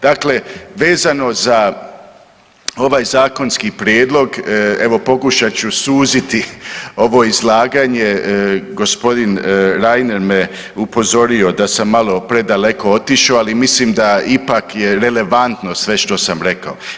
Dakle vezano za ovaj zakonski prijedlog evo pokušat ću suziti ovo izlaganje, g. Reiner me upozorio da sam malo predaleko otišao, ali mislim da ipak je relevantno sve što sam rekao.